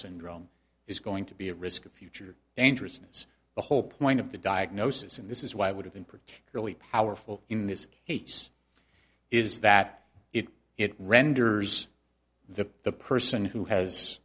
syndrome is going to be at risk of future dangerousness the whole point of the diagnosis and this is why would have been particularly powerful in this case is that it it renders the the person who has